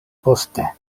poste